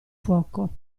fuoco